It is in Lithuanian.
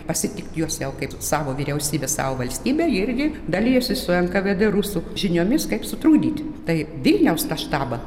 pasitikti juos jau kaip savo vyriausybę savo valstybę irgi dalijosi su nkvd rusų žiniomis kaip sutrukdyt tai vilniaus tą štabą